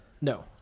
No